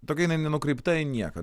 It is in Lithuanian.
tokia jinai nenukreipta į nieką